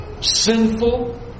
sinful